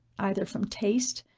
either from taste,